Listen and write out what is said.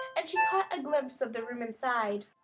and she caught a glimpse of the room inside.